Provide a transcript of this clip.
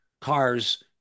cars